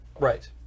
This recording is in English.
Right